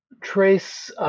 trace